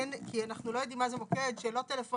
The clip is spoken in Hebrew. כי אנחנו לא יודעים מה זה מוקד שלא טלפוני,